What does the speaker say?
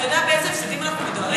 אתה יודע על איזה הפסדים אנחנו מדברים?